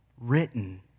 Written